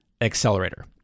accelerator